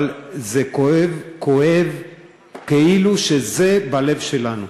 אבל זה כואב, כואב כאילו שזה בלב שלנו.